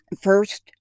First